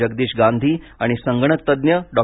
जगदीश गांधी आणि संगणक तज्ज्ञ डॉ